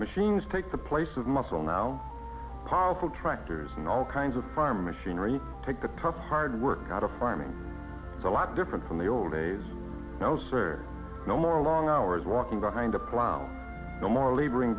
machines take the place of muscle now powerful tractors and all kinds of farm machinery take the tough hard work out of farming a lot different from the old days no sir no more long hours walking behind a plow no more laboring